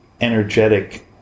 energetic